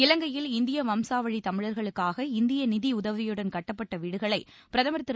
இலங்கையில் இந்திய வம்சாவழி தமிழர்களுக்காக இந்திய நிதியுதவியுடன் கட்டப்பட்ட வீடுகளை பிரதுர் திரு